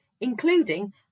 including